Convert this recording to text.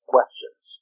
questions